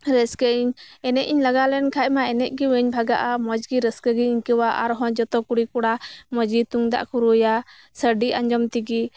ᱨᱟᱹᱥᱠᱟᱹᱭᱟᱹᱧ ᱮᱱᱮᱡ ᱤᱧ ᱞᱟᱜᱟᱣ ᱞᱮᱱ ᱠᱷᱟᱡ ᱢᱟ ᱮᱱᱮᱡ ᱜᱮ ᱵᱟᱹᱧ ᱵᱷᱟᱜᱟᱜᱼᱟ ᱢᱚᱸᱡᱽ ᱜᱮ ᱨᱟᱹᱥᱠᱟᱹ ᱜᱤᱧ ᱟᱹᱭᱠᱟᱹᱣᱟ ᱟᱨ ᱦᱚᱸ ᱡᱚᱛᱚ ᱠᱩᱲᱤ ᱠᱚᱲᱟ ᱢᱚᱸᱡᱽ ᱜᱮ ᱛᱩᱢᱫᱟᱜ ᱠᱚ ᱨᱩᱭᱟ ᱥᱟᱰᱮ ᱟᱸᱡᱚᱢ ᱛᱮᱜᱮ